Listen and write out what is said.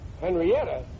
Henrietta